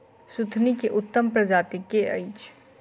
सुथनी केँ उत्तम प्रजाति केँ अछि?